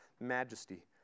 majesty